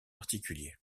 particulier